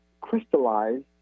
crystallized